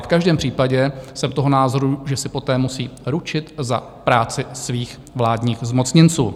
V každém případě jsem toho názoru, že si poté musí ručit za práci svých vládních zmocněnců.